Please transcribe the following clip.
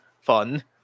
fun